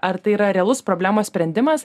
ar tai yra realus problemos sprendimas